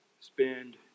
spend